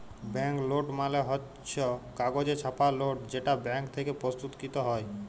bank note মালে হচ্ছ কাগজে ছাপা লোট যেটা ব্যাঙ্ক থেক্যে প্রস্তুতকৃত হ্যয়